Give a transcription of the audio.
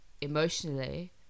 emotionally